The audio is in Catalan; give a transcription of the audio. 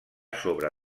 sobre